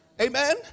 Amen